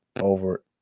over